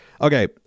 okay